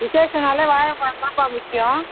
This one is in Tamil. விசேஷம்னாலே வாழைப்பழம் தான்ப்பா முக்கியம்